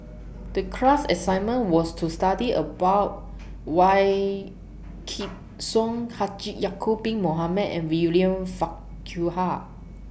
The class assignment was to study about Wykidd Song Haji Ya'Acob Bin Mohamed and William Farquhar